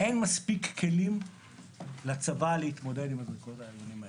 אין מספיק כלים לצבא להתמודד עם זריקות האבנים האלה.